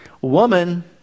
woman